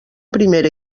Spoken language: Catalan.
primera